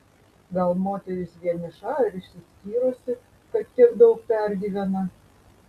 gal moteris vieniša ar išsiskyrusi kad tiek daug pergyvena